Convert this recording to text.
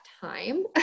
time